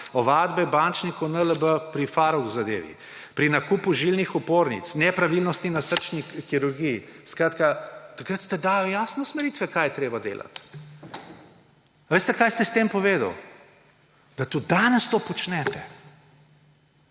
ovadbe bančnikov NLB pri Farrokh zadevi, pri nakupu žilnih opornic, nepravilnosti na srčni kirurgiji. Skratka, takrat ste dali jasne usmeritve, kaj je treba delati. Veste, kaj ste s tem povedali? Da tudi danes to počnete.